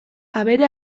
abere